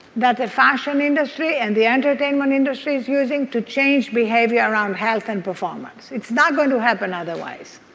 that the fashion industry and the entertainment industry is using to change behavior around health and performance. it's not going to happen otherwise